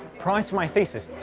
prior to my thesis,